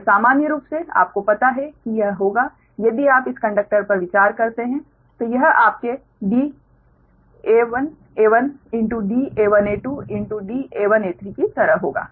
तो सामान्य रूप से आपको पता है कि यह होगा यदि आप इस कंडक्टर पर विचार करते हैं तो यह आपके da1a1 da1a2da1a3 की तरह होगा